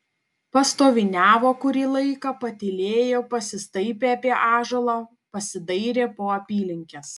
pastoviniavo kurį laiką patylėjo pasistaipė apie ąžuolą pasidairė po apylinkes